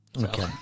Okay